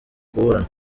kuburana